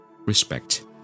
respect